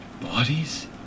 bodies